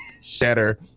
shatter